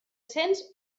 cents